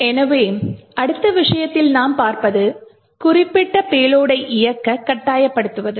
எனவே அடுத்த விஷயம் நாம் பார்ப்பது குறிப்பிட்ட பேலோடை இயக்க கட்டாயப்படுத்துவது